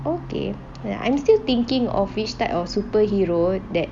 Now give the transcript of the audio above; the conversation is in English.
okay and I'm still thinking of which type of superhero that